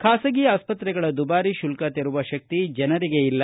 ಖಾಸಗಿ ಆಸ್ತ್ರೆಗಳ ದುಬಾರಿ ಶುಲ್ತ ತೆರುವ ಶಕ್ತಿ ಜನರಿಗೆ ಇಲ್ಲ